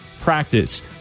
practice